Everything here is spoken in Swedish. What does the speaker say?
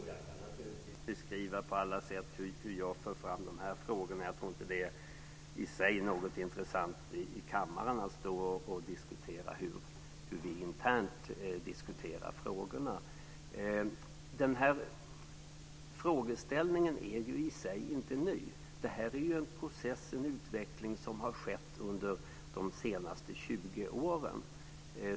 Fru talman! Jag kan naturligtvis beskriva på alla sätt hur jag för fram de här frågorna. Jag tror i och för sig inte att det är något intressant att i kammaren stå och diskutera hur vi internt diskuterar frågorna. Frågeställningen i sig är ju inte ny. Det här är en process. Det är en utveckling som har skett under de senaste 20 åren.